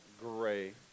gray